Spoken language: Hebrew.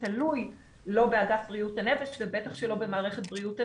תלוי לא באגף בריאות הנפש ובטח שלא במערכת בריאות הנפש,